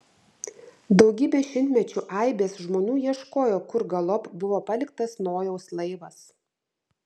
daugybę šimtmečių aibės žmonių ieškojo kur galop buvo paliktas nojaus laivas